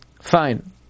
Fine